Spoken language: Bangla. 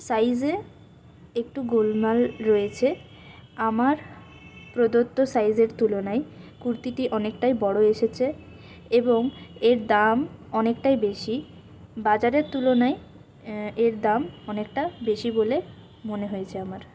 সাইজে একটু গোলমাল রয়েছে আমার প্রদত্ত সাইজের তুলনায় কুর্তিটি অনেকটাই বড় এসেছে এবং এর দাম অনেকটাই বেশি বাজারের তুলনায় এর দাম অনেকটা বেশি বলে মনে হয়েছে আমার